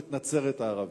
חסמו את נצרת הערבית.